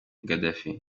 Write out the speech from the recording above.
gaddafi